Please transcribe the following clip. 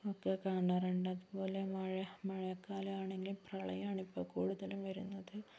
ഒക്കെ കാണാറുണ്ട് അതുപോലെ മഴ മഴക്കാ ലമാണെങ്കിൽ പ്രളയമാണ് ഇപ്പോൾ കുടുതലും വരുന്നത്